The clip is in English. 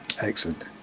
excellent